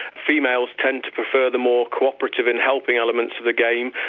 females tend to prefer the more co-operative and helping elements of the game,